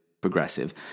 progressive